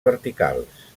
verticals